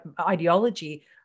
ideology